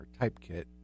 typekit